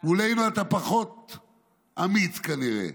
מולנו אתה פחות אמיץ, כנראה.